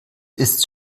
ist